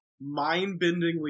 mind-bendingly